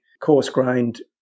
coarse-grained